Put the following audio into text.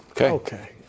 Okay